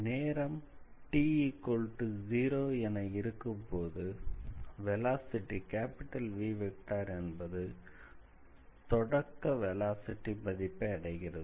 நேரம் என இருக்கும்போது வெலாசிட்டி என்பது தொடக்க வெலாசிட்டி மதிப்பை அடைகிறது